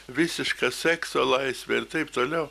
visiška sekso laisvė ir taip toliau